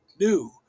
new